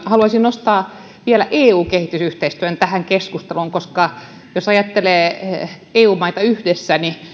haluaisin nostaa vielä eun kehitysyhteistyön tähän keskusteluun koska jos ajattelee eu maita yhdessä niin